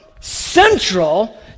central